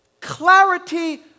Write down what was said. clarity